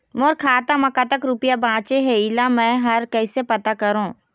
मोर खाता म कतक रुपया बांचे हे, इला मैं हर कैसे पता करों?